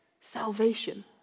Salvation